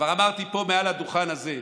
כבר אמרתי פה מעל הדוכן הזה,